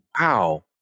wow